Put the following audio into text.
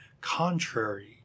contrary